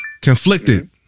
Conflicted